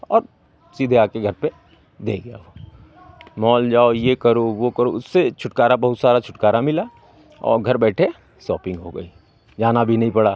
और सीधे आके घर पे दे गया वो मॉल जाओ ये करो वो करो उससे छुटकारा बहुत सारा छुटकारा मिला औ घर बैठे शॉपिंग हो गई जाना भी नहीं पड़ा